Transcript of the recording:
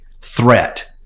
threat